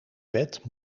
wet